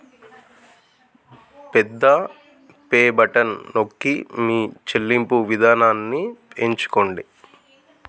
పెద్ద pay button నొక్కి మీ చెల్లింపు విధానాన్ని ఎంచుకోండి